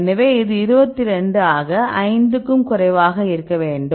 எனவே இது 22 ஆக 5 க்கும் குறைவாக இருக்க வேண்டும்